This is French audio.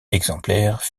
exemplaires